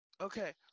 Okay